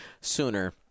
sooner